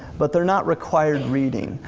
but they're not required reading.